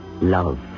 love